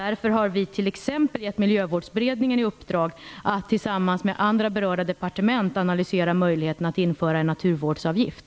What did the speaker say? Därför har vi t.ex. gett Miljövårdsberedningen i uppdrag att tillsammans med berörda departement analysera möjligheterna att införa en naturvårdsavgift.